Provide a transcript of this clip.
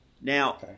Now